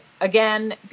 Again